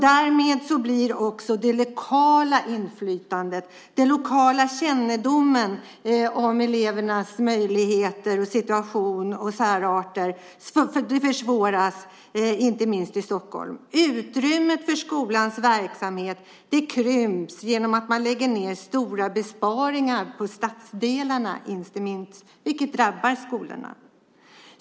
Därmed blir det lokala inflytandet mindre, och den lokala kännedomen om elevernas situation, möjligheter och särarter försvåras, inte minst i Stockholm. Utrymmet för skolans verksamhet krymps genom att man lägger stora besparingar på stadsdelarna, vilket drabbar skolorna.